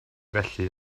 felly